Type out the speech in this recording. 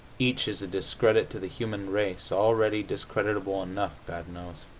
each is a discredit to the human race, already discreditable enough, god knows.